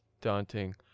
daunting